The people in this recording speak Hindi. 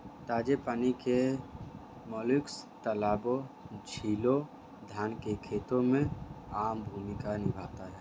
ताजे पानी के मोलस्क तालाबों, झीलों, धान के खेतों में आम भूमिका निभाते हैं